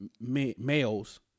Males